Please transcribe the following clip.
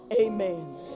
Amen